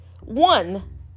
one